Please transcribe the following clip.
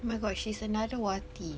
my god she's another Wati